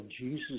Jesus